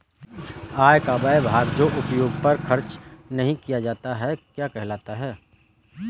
आय का वह भाग जो उपभोग पर खर्च नही किया जाता क्या कहलाता है?